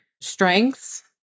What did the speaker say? strengths